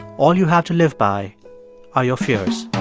all you have to live by are your fears